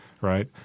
right